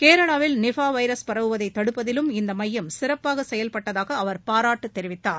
கேரளாவில் நிஃபா வைரஸ் பரவுவதை தடுப்பதிலும் இந்த மையம் சிறப்பாக செயல்பட்டதாக அவர் பாராட்டு தெரிவித்தார்